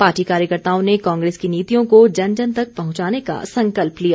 party कार्यकर्ताओं ने कांग्रेस की नीतियों को जन जन तक पहुंचाने का संकल्प लिया